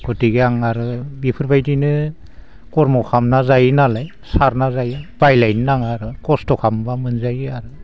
गथिखे आं आरो बेफोरबायदिनो खर्म खालामना जायोनालाय सारना जायो बायलायनो नाङा आरो खस्थ' खालामब्ला मोनजायो आरो